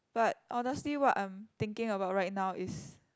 but honestly what I'm thinking about right now is